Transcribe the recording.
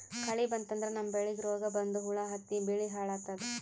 ಕಳಿ ಬಂತಂದ್ರ ನಮ್ಮ್ ಬೆಳಿಗ್ ರೋಗ್ ಬಂದು ಹುಳಾ ಹತ್ತಿ ಬೆಳಿ ಹಾಳಾತದ್